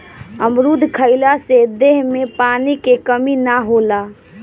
अमरुद खइला से देह में पानी के कमी ना होला